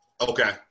Okay